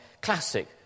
classic